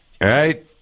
right